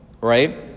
Right